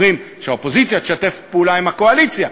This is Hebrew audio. אומרים שהאופוזיציה תשתף פעולה עם הקואליציה.